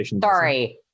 Sorry